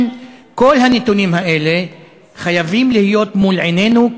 כל הנתונים האלה חייבים להיות מול עינינו,